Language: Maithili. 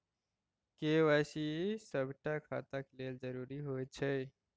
के.वाई.सी सभटा खाताक लेल जरुरी होइत छै